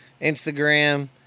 Instagram